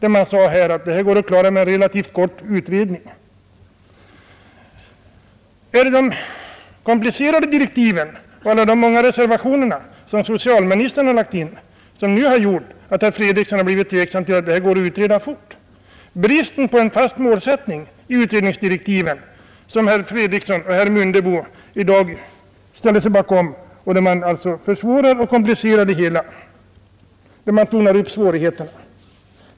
Är det de komplicerade direktiven och socialministerns många reservationer som har gjort att herr Fredriksson nu har blivit tveksam? I utredningsdirektiven, som herr Fredriksson och herr Mundebo i dag ställer sig bakom, tornar man upp svårigheterna.